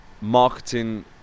Marketing